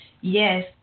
yes